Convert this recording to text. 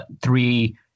three